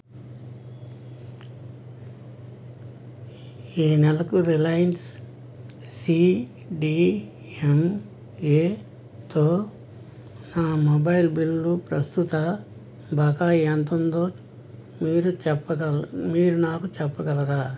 ఈ నెలకు Reliance C D M ఏతో నా మొబైల్ బిల్లు ప్రస్తుత బకాయి ఎంత ఉందో మీరు చెప్పగల మీరు నాకు చెప్పగలరా